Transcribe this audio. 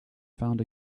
found